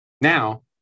Now